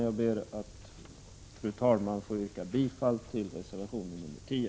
Jag ber, fru talman, att få yrka bifall till reservation 10.